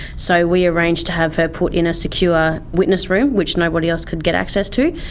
so we arranged to have her put in a secure witness room which nobody else could get access to,